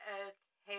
okay